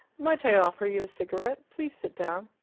might i offer you a cigarette? please sit down.